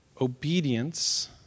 Obedience